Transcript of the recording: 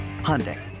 Hyundai